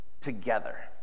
together